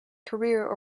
career